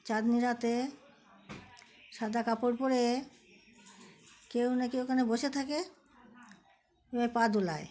চাঁদনি রাতে সাদা কাপড় পরে কেউ না কি ওখানে বসে থাকে এভাবে পা দোলায়